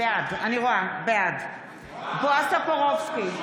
בעד בועז טופורובסקי,